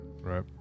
right